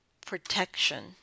protection